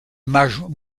montjoie